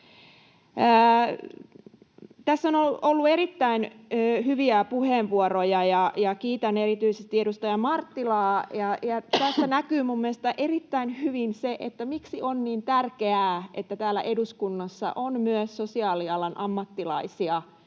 Tässä on ollut erittäin hyviä puheenvuoroja, ja kiitän erityisesti edustaja Marttilaa. Tässä näkyy mielestäni erittäin hyvin, miksi on niin tärkeää, että täällä eduskunnassa on myös sosiaalialan ammattilaisia